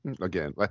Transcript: again